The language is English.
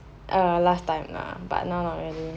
err last time lah but now not really